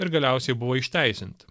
ir galiausiai buvo išteisinti